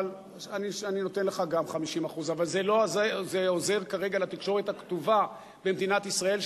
אני נותן לך גם 50%. אבל זה לא עוזר כרגע לתקשורת הכתובה במדינת ישראל,